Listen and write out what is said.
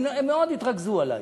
הם מאוד התרגזו עלי.